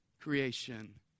creation